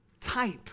type